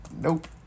Nope